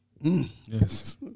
Yes